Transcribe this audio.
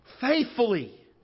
faithfully